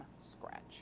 scratch